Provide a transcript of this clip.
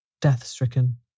death-stricken